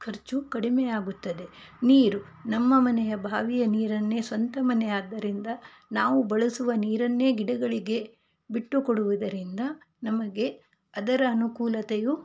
ಖರ್ಚು ಕಡಿಮೆಯಾಗುತ್ತದೆ ನೀರು ನಮ್ಮ ಮನೆಯ ಬಾವಿಯ ನೀರನ್ನೆ ಸ್ವಂತ ಮನೆ ಆದ್ದರಿಂದ ನಾವು ಬಳಸುವ ನೀರನ್ನೇ ಗಿಡಗಳಿಗೆ ಬಿಟ್ಟು ಕೊಡುವುದರಿಂದ ನಮಗೆ ಅದರ ಅನುಕೂಲತೆಯು